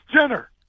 Jenner